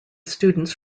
students